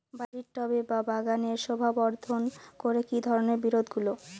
বাড়ির টবে বা বাগানের শোভাবর্ধন করে এই ধরণের বিরুৎগুলো